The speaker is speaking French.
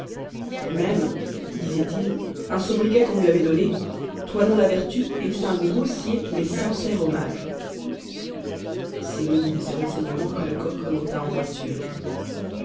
même disait-il un sobriquet qu'on lui avait donné toinon la vertu était un grossier mais sincère hommage c'est muni de ces renseignements que lecoq remonta en voiture